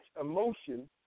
emotion